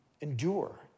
Endure